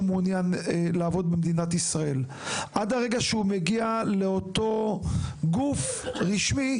מעוניין לעבוד במדינת ישראל ועד הרגע שהוא מגיע לאותו גוף רשמי,